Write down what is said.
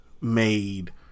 made